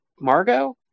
Margot